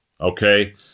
okay